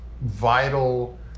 vital